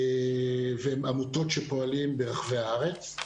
עמותות שפועלות ברחבי הארץ.